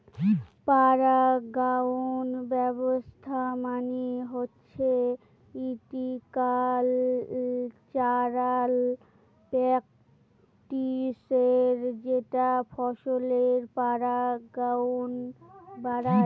পরাগায়ন ব্যবস্থা মানে হচ্ছে হর্টিকালচারাল প্র্যাকটিসের যেটা ফসলের পরাগায়ন বাড়ায়